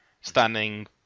standing